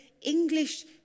English